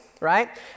right